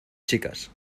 chicas